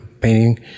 painting